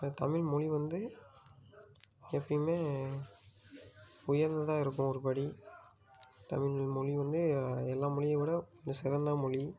இப்போ தமிழ் மொழி வந்து எப்பயுமே உயர்ந்ததாக இருக்கும் ஒருபடி தமிழ் மொழி வந்து எல்லா மொழிய விட மிக சிறந்த மொழி